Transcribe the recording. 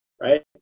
right